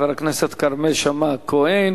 חבר הכנסת כרמל שאמה-הכהן.